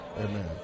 Amen